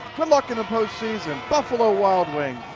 good luck in the post season, buffalo wild wings.